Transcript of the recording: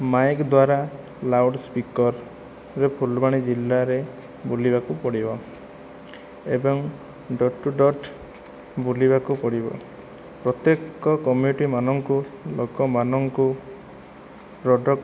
Mike ଦ୍ୱାରା loud ସ୍ପିକରରେ ଫୁଲବାଣୀ ଜିଲ୍ଲାରେ ବୁଲିବାକୁ ପଡ଼ିବ ଏବଂ ଡୋର୍ ଟୁ ଡୋର୍ ବୁଲିବାକୁ ପଡ଼ିବ ପ୍ରତ୍ୟେକ କମିଟିମାନଙ୍କୁ ଲୋକମାନଙ୍କୁ ପ୍ରଡ଼କ୍ଟ